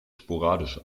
sporadisch